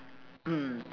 mm